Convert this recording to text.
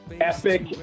Epic